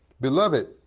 beloved